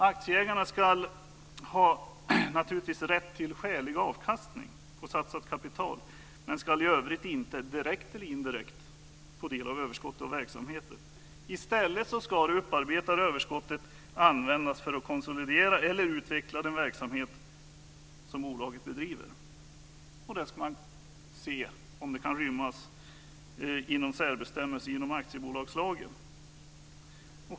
Aktieägarna ska naturligtvis ha rätt till en skälig avkastning på satsat kapital men ska i övrigt inte direkt eller indirekt få del av överskott av verksamheten. I stället ska det upparbetade överskottet användas för att konsolidera eller utveckla den verksamhet som bolaget bedriver. Man ska se om detta kan rymmas i en särbestämmelse inom aktiebolagslagen.